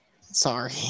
sorry